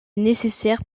nécessaires